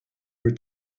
were